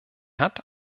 hat